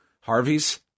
Harvey's